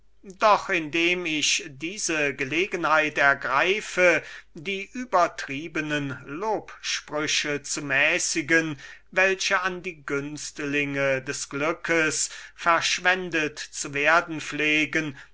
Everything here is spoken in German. doch indem ich diese gelegenheit ergreife die übertriebene lobsprüche zu mäßigen welche an die günstlinge des glückes verschwendet zu werden pflegen